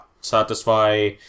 Satisfy